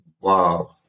Wow